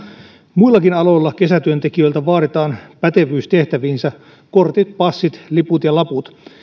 muillakin aloilla kesätyöntekijöiltä vaaditaan pätevyys tehtäviinsä kortit passit liput ja laput